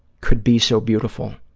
could be so beautiful.